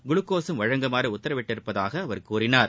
குளுக்கோசும் வழங்குமாறு உத்தரவிட்டிருப்பதாக அவர் கூறினார்